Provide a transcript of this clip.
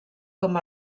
com